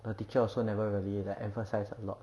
the teacher also never really like emphasise a lot